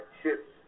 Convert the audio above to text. ships